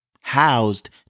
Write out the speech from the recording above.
housed